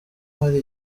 hari